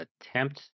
attempt